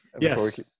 yes